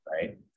right